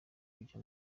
kuja